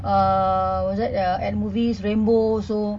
uh what's that uh movies rambo also